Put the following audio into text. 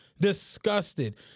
Disgusted